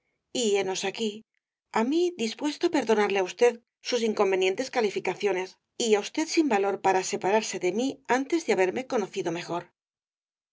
henos aquí á mí dispuesto á perdonarle á usted sus inconvenientes calificaciones y á usted sin valor para separarse de mí antes de haberme conocido mejor